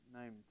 named